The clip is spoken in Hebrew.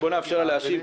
בואו נאפשר לה להשיב.